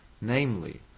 namely